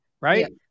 right